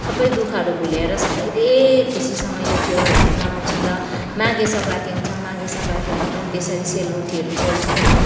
सबै दुखहरू भुलेर सबैले खुसीसँग यो त्यौहारहरू मनाउछन् र माघे सङ्क्रान्ति आउँछ माघे सङ्क्रान्तिमा पनि त्यसरी सेलरोटीहरू पोल्छन्